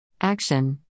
Action